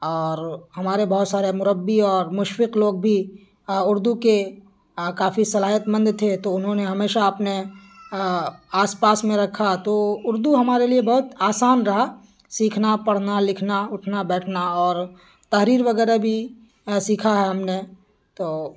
اور ہمارے بہت سارے مربی اور مشفق لوگ بھی اردو کے کافی صلاحیت مند تھے تو انہوں نے ہمیشہ اپنے آس پاس میں رکھا تو اردو ہمارے لیے بہت آسان رہا سیکھنا پڑھنا لکھنا اٹھنا بیٹھنا اور تحریر وغیرہ بھی سیکھا ہے ہم نے تو